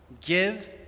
give